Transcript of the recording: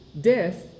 death